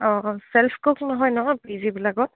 অঁ অঁ self cook নহয় ন পি জি বিলাকত